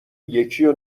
یکیو